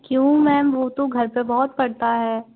क्यों मैम वो तो घर पर बहुत पढ़ता है